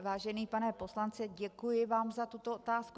Vážený pane poslanče, děkuji vám za tuto otázku.